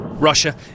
Russia